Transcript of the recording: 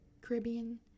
Caribbean